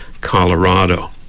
Colorado